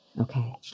Okay